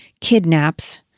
kidnaps